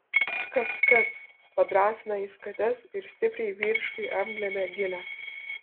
kac kac padrąsina jis kates ir stipriai vyriškai apglėbia gilę